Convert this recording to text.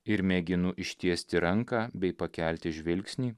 ir mėginu ištiesti ranką bei pakelti žvilgsnį